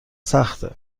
سخته